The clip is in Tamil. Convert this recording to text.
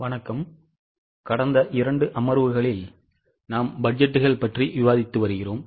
வணக்கம் கடந்த இரண்டு அமர்வுகளில் நாம் பட்ஜெட்டுகள் பற்றி விவாதித்து வருகிறோம்